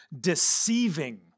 deceiving